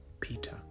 Peter